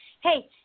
hey